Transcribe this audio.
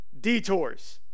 detours